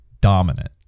dominant